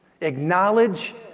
Acknowledge